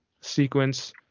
sequence